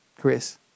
Chris